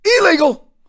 illegal